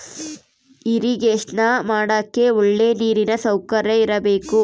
irrigation ಮಾಡಕ್ಕೆ ಒಳ್ಳೆ ನೀರಿನ ಸೌಕರ್ಯ ಇರಬೇಕು